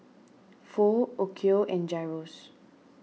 Pho Okayu and Gyros